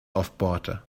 aufbohrte